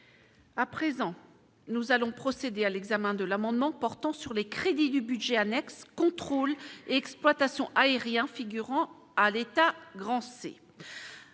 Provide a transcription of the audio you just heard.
à présent, nous allons procéder à l'examen de l'amendement portant sur les crédits du budget annexe Contrôle et exploitation aériens figurant à l'État, grand,